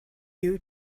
you